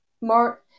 more